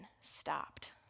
stopped